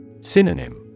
Synonym